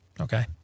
Okay